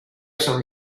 sono